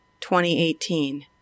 2018